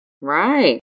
Right